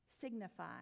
signify